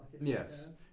Yes